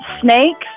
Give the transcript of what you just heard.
Snakes